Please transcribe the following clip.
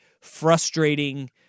frustrating